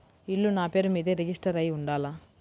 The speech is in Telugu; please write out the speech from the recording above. ఇల్లు నాపేరు మీదే రిజిస్టర్ అయ్యి ఉండాల?